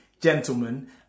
gentlemen